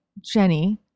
Jenny